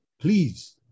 please